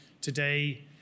today